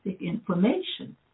information